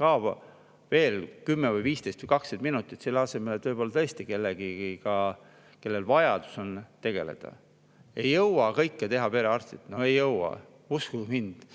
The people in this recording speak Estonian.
ka veel 10 või 15 või 20 minutit, selle asemel, et võib-olla tõesti kellegagi, kellel vajadus on, tegeleda. Ei jõua kõike teha perearstid, ei jõua, uskuge mind!